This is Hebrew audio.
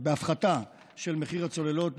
בהפחתה של מחיר הצוללות,